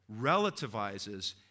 relativizes